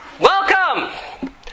Welcome